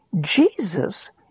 Jesus